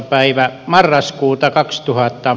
päivä marraskuuta kaksituhatta